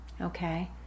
okay